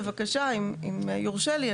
אם יורשה לי,